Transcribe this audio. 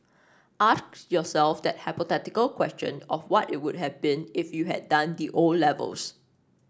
ask yourself that hypothetical question of what it would have been if you had done the O levels